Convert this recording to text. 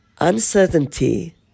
uncertainty